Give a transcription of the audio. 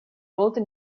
wollten